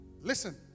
Listen